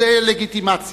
הדה-לגיטימציה,